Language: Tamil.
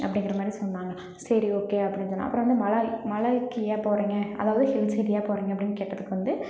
அப்படிங்கிற மாதிரி சொன்னாங்க சரி ஓகே அப்படின்னு சொன்னேன் அப்புறம் வந்து மலாய் மலாய்க்கு ஏன் போகறீங்க அதாவது ஹில்ஸ்ஸுக்கு ஏன் போகறீங்க அப்படின்னு கேட்டதுக்கு வந்து